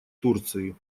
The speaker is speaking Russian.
турции